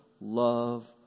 love